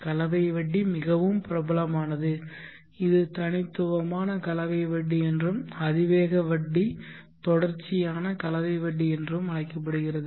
கலவை வட்டி மிகவும் பிரபலமானது இது தனித்துவமான கலவை வட்டி என்றும் அதிவேக வட்டி தொடர்ச்சியான கலவை வட்டி என்றும் அழைக்கப்படுகிறது